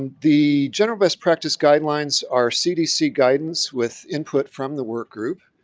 the general best practice guidelines are cdc guidance with input from the work group,